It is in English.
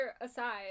aside